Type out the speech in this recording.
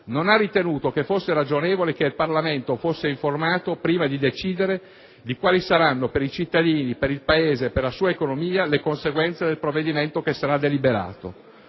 Non ha ritenuto che fosse ragionevole che il Parlamento fosse informato, prima di decidere di quali saranno, per i cittadini, per il Paese, per la sua economia, le conseguenze del provvedimento che sarà deliberato.